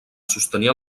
sostenia